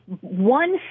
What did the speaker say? one